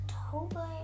october